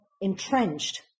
entrenched